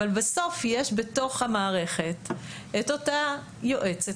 אבל בסוף יש בתוך המערכת את אותה יועצת